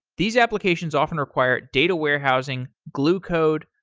these applications often require data warehousing, glue code,